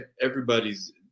everybody's